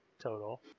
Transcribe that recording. total